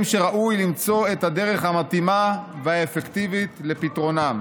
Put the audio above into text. שראוי למצוא את הדרך המתאימה והאפקטיבית לפתרונם.